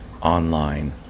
online